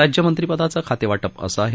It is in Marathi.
राज्यमंत्रीपदाचं खातेवा पि असं आहे